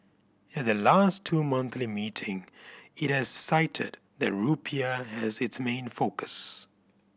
at the last two monthly meeting it has cited the rupiah as its main focus